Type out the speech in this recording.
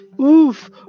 oof